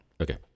Okay